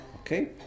Okay